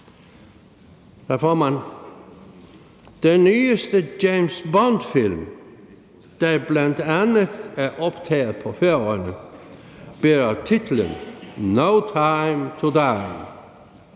formand, den nyeste James Bond-film, der bl.a. er optaget på Færøerne, bærer titlen »No Time to Die«.